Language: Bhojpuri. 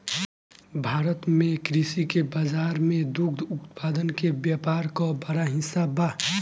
भारत में कृषि के बाजार में दुग्ध उत्पादन के व्यापार क बड़ा हिस्सा बा